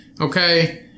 okay